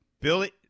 Billy